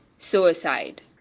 Suicide